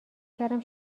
کردم